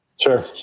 Sure